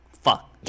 Fuck